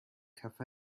cafe